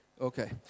Okay